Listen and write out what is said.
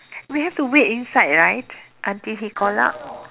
we have to wait inside right until he call out